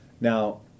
Now